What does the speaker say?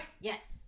Yes